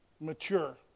mature